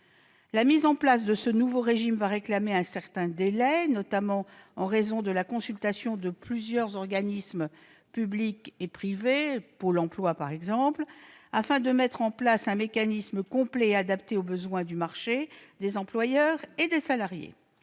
La mise en place de ce nouveau régime réclamera un certain délai, notamment du fait de la consultation de plusieurs organismes publics et privés- Pôle emploi, par exemple -, afin de mettre en place un mécanisme complet et adapté aux besoins du marché, des employeurs et des salariés.